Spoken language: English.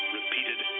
repeated